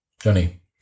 Johnny